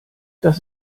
das